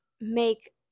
make